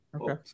Okay